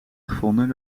gevonden